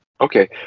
Okay